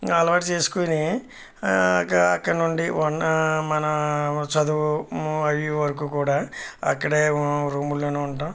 ఇంకా అలవాటు చేసుకొని అక్కడ అక్కడ నుండి మన చదువు అవి వర్క్ కూడా అక్కడ రూమ్లోఉంటాం